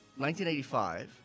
1985